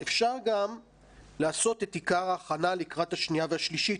אפשר גם לעשות את עיקר ההכנה לקראת השנייה והשלישית.